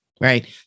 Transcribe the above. Right